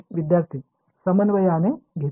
विद्यार्थीः समन्वयाने घेतले